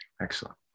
Excellent